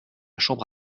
chambre